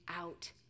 out